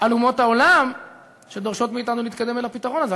על אומות העולם שדורשות מאתנו להתקדם אל הפתרון הזה?